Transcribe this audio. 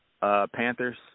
Panthers